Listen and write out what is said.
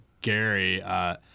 Gary –